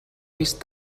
vist